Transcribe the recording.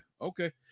Okay